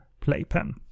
playpen